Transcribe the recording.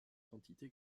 quantité